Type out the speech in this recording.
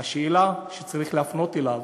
השאלה שצריך להפנות אליו,